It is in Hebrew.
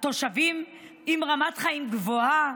תושבים ברמת חיים גבוהה,